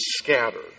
scattered